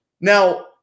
now